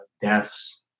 deaths